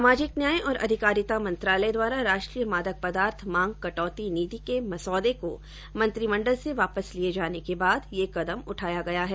सामाजिक न्याय और अधिकारिता मंत्रालय द्वारा राष्ट्रीय मादक पदार्थ मांग कटौती नीति के मसौदे को मंत्रिमंडल से वापस लिए जाने के बाद यह कदम उठाया गया है